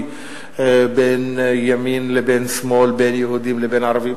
חצוי בין ימין לבין שמאל, בין יהודים לבין ערבים.